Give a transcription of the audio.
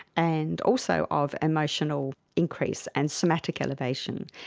and also of emotional increase and somatic elevation,